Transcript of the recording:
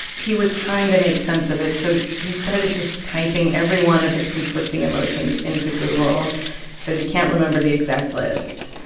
he was trying to make sense of it, so he started just typing every one of his conflicting emotions into google says he can't remember the exact list.